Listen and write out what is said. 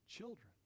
Children